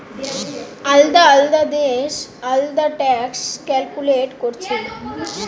আলদা আলদা দেশ আলদা ট্যাক্স ক্যালকুলেট কোরছে